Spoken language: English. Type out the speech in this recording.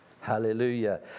Hallelujah